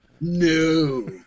No